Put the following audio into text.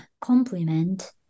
complement